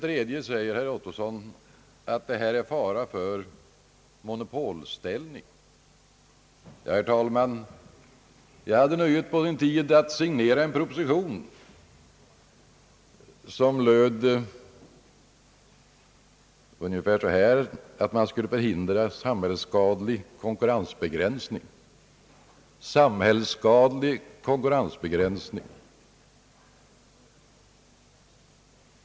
Vidare säger herr Ottosson att det föreligger fara för monopolställning. Herr talman! Jag hade på sin tid nöjet att signera en proposition som gick ut på att man skulle förhindra samhällsskadlig konkurrensbegränsning. Samhällsskadlig konkurrensbegränsning!